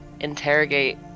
interrogate